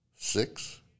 Six